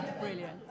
brilliant